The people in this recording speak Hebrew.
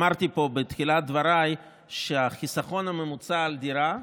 אמרתי פה בתחילת דבריי שהחיסכון הממוצע על דירה,